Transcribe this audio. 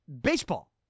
baseball